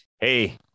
hey